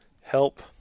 help